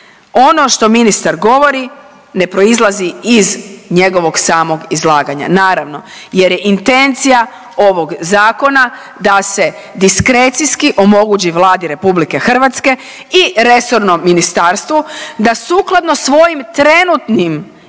Ono što ministar govori ne proizlazi iz njegovog samog izlaganja. Naravno jer je intencija ovog zakona da se diskrecijski omogući Vladi RH i resornom ministarstvu da sukladno svojim trenutnim